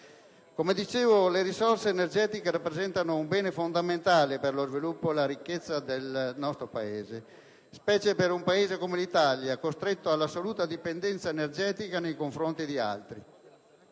Come dicevo, le risorse energetiche rappresentano un bene fondamentale per lo sviluppo e la ricchezza di ogni Paese, specie per un Paese come l'Italia, costretto all'assoluta dipendenza energetica nei confronti di altri.